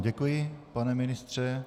Děkuji vám, pane ministře.